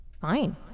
Fine